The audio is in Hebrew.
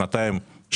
שנתיים,